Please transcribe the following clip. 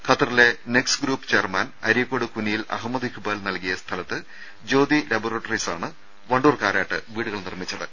ഖത്തറിലെ Nex group chairman Areekode Kuniyil Ahmed Iqbal നൽകിയ സ്ഥലത്ത് ജ്യോതി ലബോറട്ടറീസാണ് വണ്ടൂർ കാരാട്ട് വീടുകൾ നിർമ്മിച്ചത്